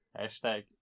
Hashtag